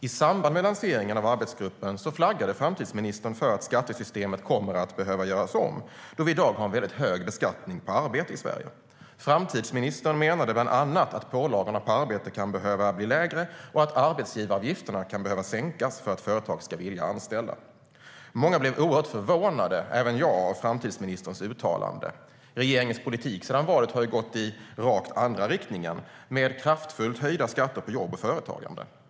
I samband med lanseringen av arbetsgruppen flaggade framtidsministern för att skattesystemet kommer att behöva göras om, då vi i dag har en mycket hög beskattning på arbete i Sverige. Framtidsministern menade bland annat att pålagorna på arbete kan behöva bli lägre och att arbetsgivaravgifterna kan behöva sänkas för att företag ska vilja anställa. Många blev oerhört förvånade, även jag, av framtidsministerns uttalande. Regeringens politik sedan valet har ju gått i rakt motsatt riktning med kraftfullt höjda skatter på jobb och företagande.